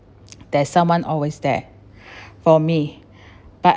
there's someone always there for me but